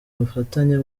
ubufatanye